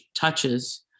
touches